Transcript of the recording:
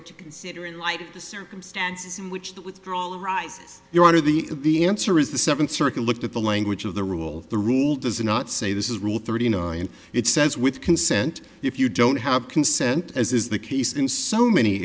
to consider in light of the circumstances in which that withdrawal arises your honor the the answer is the seventh circuit looked at the language of the rule the rule does not say this is rule thirty nine it says with consent if you don't have consent as is the case in so many